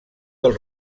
del